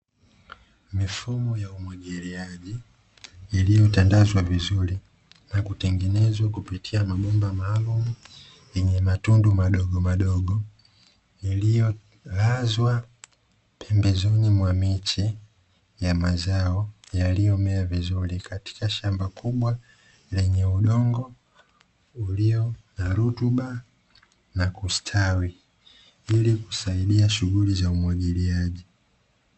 Mifumo ya umwagiliaji iliyotandazwa vizuri na kutengenezwa kupitia mabomba maalumu yenye matundu madogomadogo, iliyolazwa pembezoni mwa miche ya mazao yaliyomea vizuri katika shamba kubwa lenye udongo ulio na rutuba na kustawi, ili kusaidia shughuli za umwagiliaji.